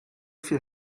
viel